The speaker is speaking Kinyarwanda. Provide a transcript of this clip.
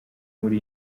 muri